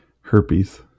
herpes